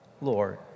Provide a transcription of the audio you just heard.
Lord